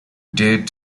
dared